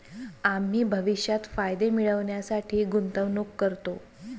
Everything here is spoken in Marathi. आम्ही भविष्यात फायदे मिळविण्यासाठी गुंतवणूक करतो